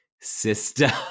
Sister